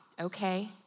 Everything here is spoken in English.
okay